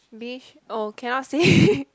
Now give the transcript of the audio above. beach oh cannot see